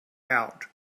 out